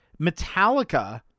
Metallica